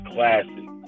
Classic